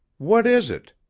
what is it?